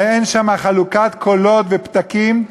שאין שם חלוקת קולות ופתקים,